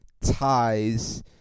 ties